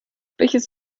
welches